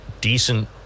decent